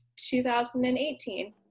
2018